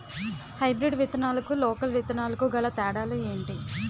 Hybrid విత్తనాలకు local విత్తనాలకు గల తేడాలు ఏంటి?